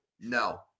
No